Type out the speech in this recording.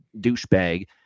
douchebag